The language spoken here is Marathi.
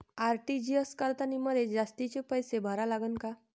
आर.टी.जी.एस करतांनी मले जास्तीचे पैसे भरा लागन का?